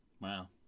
Wow